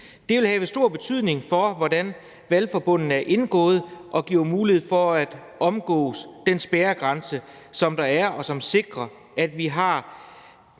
Det vil have stor betydning for, hvordan valgforbundene er indgået, og give mulighed for at omgå den spærregrænse, som der er, og som sikrer, at vi har